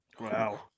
Wow